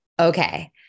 Okay